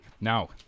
Now